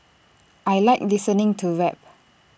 I Like listening to rap